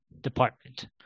department